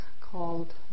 called